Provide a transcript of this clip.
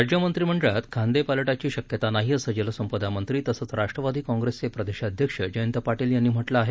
राज्य मंत्रीमंडळात खांदेपाल ाची शक्यता नाही असं जलसंपदा मंत्री तसंच राष्ट्रवादी काँग्रेसचे प्रदेशाध्यक्ष जयंत पाधील यांनी म्ह लं आहे